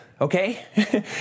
okay